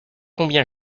combien